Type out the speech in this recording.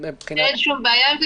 אין שום בעיה עם זה.